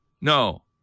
No